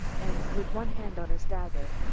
and with one hand on his dagger,